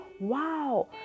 wow